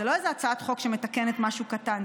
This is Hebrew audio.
זו לא הצעת חוק שמתקנת משהו קטן,